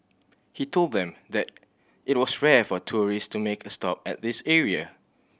he told them that it was rare for tourists to make a stop at this area